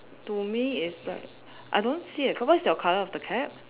to me it's the I don't see eh what's your colour of the cap